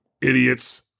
Idiots